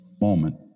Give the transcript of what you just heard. Moment